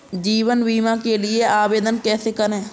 जीवन बीमा के लिए आवेदन कैसे करें?